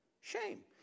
shame